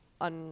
on